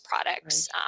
products